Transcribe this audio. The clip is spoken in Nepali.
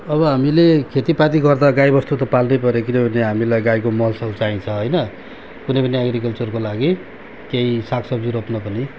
अब हामीले खेतीपाती गर्दा गाईबस्तु त पाल्नै पर्यो किनभने हामीलाई गाईको मलसल चाहिन्छ होइन कुनै पनि एग्रिकल्चरको लागि केही सागसब्जी रोप्न पनि